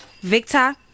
Victor